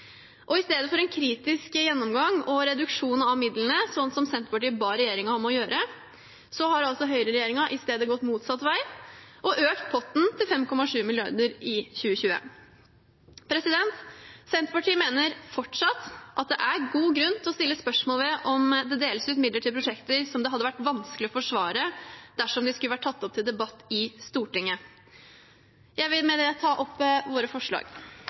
I stedet for en kritisk gjennomgang og reduksjon av midlene, slik Senterpartiet ba regjeringen om å gjøre, har altså høyreregjeringen gått motsatt vei og økt potten til 5,7 mrd. kr i 2020. Senterpartiet mener – fortsatt – at det er god grunn til å stille spørsmål ved om det deles ut midler til prosjekter som det hadde vært vanskelig å forsvare dersom de skulle vært tatt opp til debatt i Stortinget. Jeg vil med det ta opp vårt forslag.